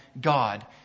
God